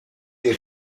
des